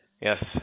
yes